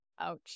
Ouch